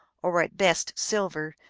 or at best silver,